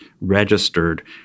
registered